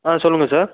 ஆ சொல்லுங்கள் சார்